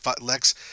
Lex